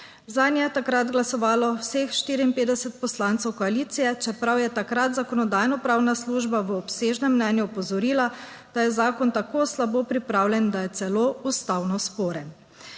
Zanj je takrat glasovalo vseh 54 poslancev koalicije, čeprav je takrat Zakonodajno-pravna služba v obsežnem mnenju opozorila, da je zakon tako slabo pripravljen, da je celo ustavno sporen.